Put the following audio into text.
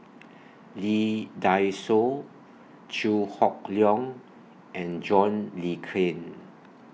Lee Dai Soh Chew Hock Leong and John Le Cain